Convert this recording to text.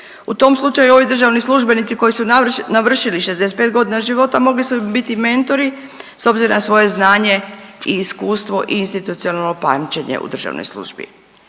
U tom slučaju ovi državni službenici koji su navršili 65 godina života mogli su biti mentori s obzirom na svoje znanje i iskustvo i institucionalno pamćenje u državnoj službi.